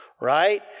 right